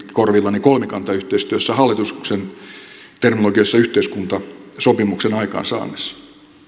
korvillani kolmikantayhteistyössä hallituksen terminologiassa yhteiskuntasopimuksen aikaansaamisessa